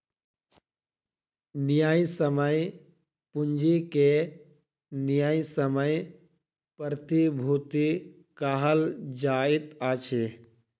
न्यायसम्य पूंजी के न्यायसम्य प्रतिभूति कहल जाइत अछि